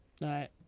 right